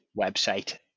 website